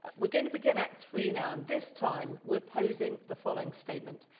we're going to begin act three now. and this time we're posing the following statement.